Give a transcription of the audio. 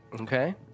Okay